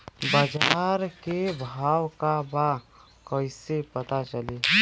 बाजार के भाव का बा कईसे पता चली?